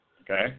Okay